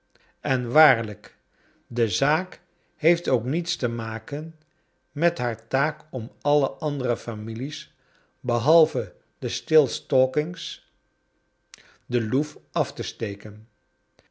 en waarlijk de zaak heeft ook niets te maken met haar taak om alle a a dere families behalve de stilstalkings de loef af te steken